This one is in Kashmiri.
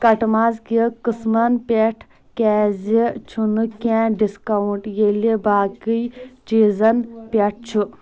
کٹہٕ ماز کہِ قٕسمن پٮ۪ٹھ کیٛازِ چھُنہٕ کینٛہہ ڈسکاونٹ ، ییٚلہِ باقٕے چیزن پٮ۪ٹھ چھُ